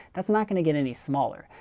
that's not going to get any smaller.